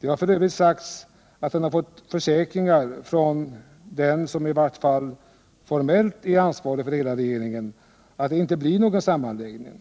Det har f. ö. sagts att han fått försäkringar från den som i varje fall har det formella ansvaret för hela regeringen om att det inte blir någon sammanläggning.